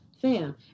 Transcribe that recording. fam